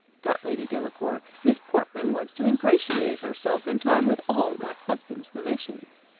thought lady delacour, miss portman wants to ingratiate herself in time with all my husband's relations.